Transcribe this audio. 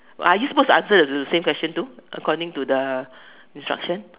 are you supposed to answer the the same question too according to the instruction